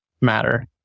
matter